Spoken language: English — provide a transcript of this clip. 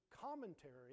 commentary